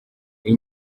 iyi